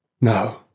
No